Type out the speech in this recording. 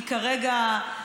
היא כרגע,